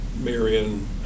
Marion